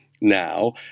now